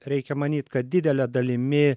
reikia manyt kad didele dalimi